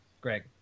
Greg